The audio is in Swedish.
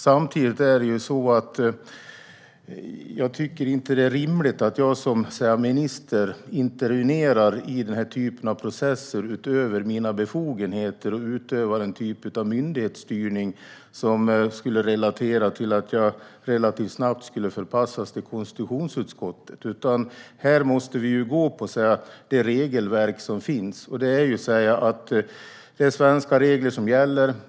Samtidigt tycker jag inte att det är rimligt att jag som minister intervenerar i denna typ av processer, utöver mina befogenheter, och utövar en typ av myndighetsstyrning som skulle resultera i att jag relativt snabbt förpassades till konstitutionsutskottet för granskning. Här måste vi i stället gå på det regelverk som finns. Det är svenska regler som gäller.